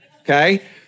Okay